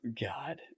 God